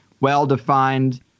well-defined